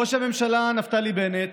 ראש הממשלה נפתלי בנט